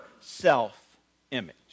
self-image